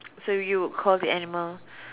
so you would call the animal